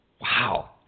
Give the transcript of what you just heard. Wow